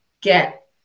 get